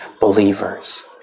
believers